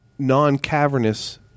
Non-cavernous